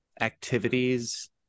activities